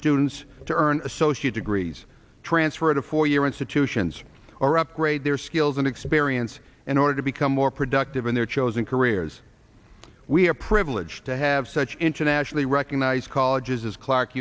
students to earn associate degrees transfer to four year institutions or upgrade their skills and experience in order to become more productive in their chosen careers we are privileged to have such internationally recognized colleges as clark